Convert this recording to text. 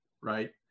right